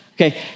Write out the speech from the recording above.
Okay